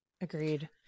Agreed